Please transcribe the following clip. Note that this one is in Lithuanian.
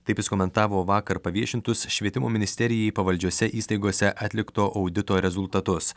taip jis komentavo vakar paviešintus švietimo ministerijai pavaldžiose įstaigose atlikto audito rezultatus